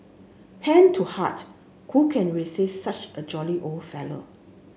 hand to heart who can resist such a jolly old fellow